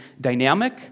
dynamic